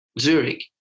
Zurich